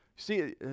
See